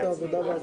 והרווחה,